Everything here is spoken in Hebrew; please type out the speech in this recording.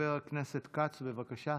חבר הכנסת כץ, בבקשה.